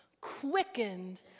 quickened